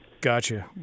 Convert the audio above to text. Gotcha